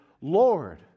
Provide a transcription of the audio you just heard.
Lord